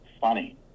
funny